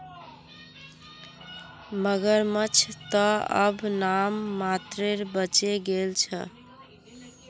मगरमच्छ त अब नाम मात्रेर बचे गेल छ